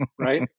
right